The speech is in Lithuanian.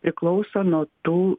priklauso nuo tų